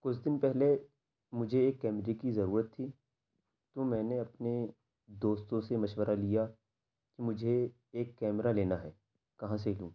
کچھ دن پہلے مجھے ایک کیمرے کی ضرورت تھی تو میں نے اپنے دوستوں سے مشورہ لیا مجھے ایک کیمرہ لینا ہے کہاں سے لوں